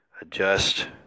adjust